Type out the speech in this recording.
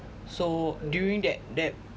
so during that that